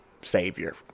savior